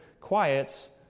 quiets